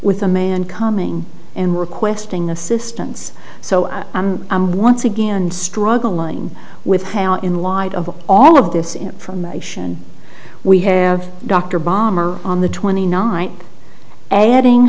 with a man coming in requesting assistance so i am once again struggling with how in light of all of this information we have dr bomber on the twenty ninth adding